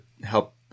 help